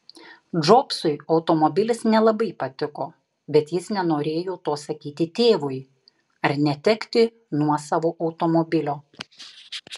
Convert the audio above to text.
džobsui automobilis nelabai patiko bet jis nenorėjo to sakyti tėvui ar netekti nuosavo automobilio